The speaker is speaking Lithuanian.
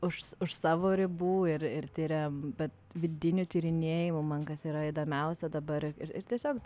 už už savo ribų ir ir tiriam bet vidinių tyrinėjimų man kas yra įdomiausia dabar ir tiesiog